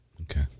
Okay